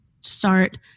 start